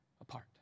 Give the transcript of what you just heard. apart